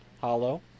Hollow